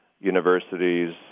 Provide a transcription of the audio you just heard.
universities